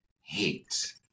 hate